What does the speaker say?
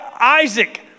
Isaac